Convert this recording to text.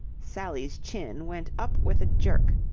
sally's chin went up with a jerk.